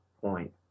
point